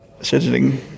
Scheduling